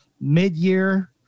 mid-year